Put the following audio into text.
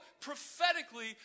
prophetically